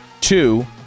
Two